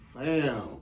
fam